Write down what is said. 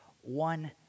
one